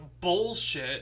bullshit